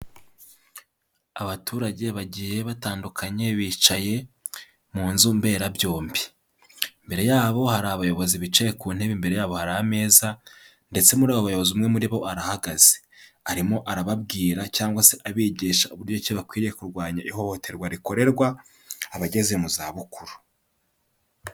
Abaturage bagiye batandukanye bicaye mu nzu mberabyombi, imbere yabo hari abayobozi bicaye ku ntebe imbere yabo hari ameza ndetse muri abo bayobozi umwe muri bo arahagaze, arimo arababwira cyangwa se abigisha uburyo ki bakwiriye kurwanya ihohoterwa rikorerwa abageze mu zabukuru.